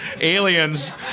aliens